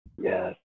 Yes